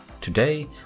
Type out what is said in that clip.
Today